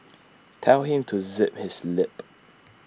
tell him to zip his lip